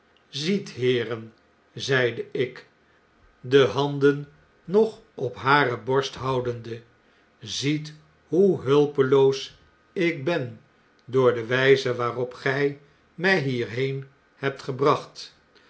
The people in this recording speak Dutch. ziet heeren zeide ik de handen nog op hare borst houdende ziet hoe hulpeloos ik ben door de wjze waarop gjj my hierheen hebt gebracht